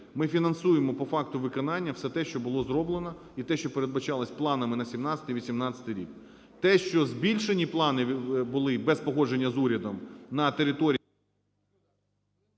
ми фінансуємо по факту виконання все те, що було зроблено і те, що передбачалося планами на 2017-2018 рік. Те, що збільшені плани були без погодження з урядом на території…